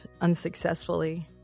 unsuccessfully